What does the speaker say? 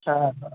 सहए